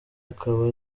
akaba